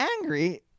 angry